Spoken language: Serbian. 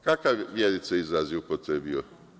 Kakav Vjerice izraz je upotrebio?